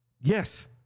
Yes